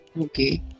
Okay